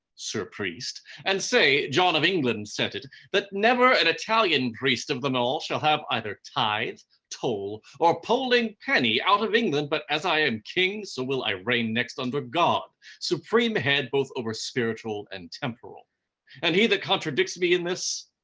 sir priest, and say, john of england said it, that never an italian priest of them all, shall either have tithe, toll, or poling penny out of england, but as i am king, so will i reign next under god, supreme head both over spiritual and temporal and he that contradicts me in this,